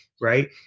Right